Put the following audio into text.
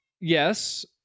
yes